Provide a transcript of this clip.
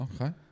Okay